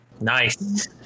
nice